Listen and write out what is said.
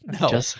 no